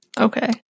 Okay